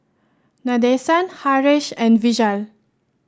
Nadesan Haresh and Vishal